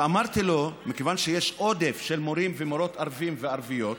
ואמרתי לו: מכיוון שיש עודף של מורים ומורות ערביים וערביות,